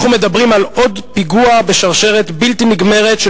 אנחנו מדברים על עוד פיגוע בשרשרת בלתי נגמרת של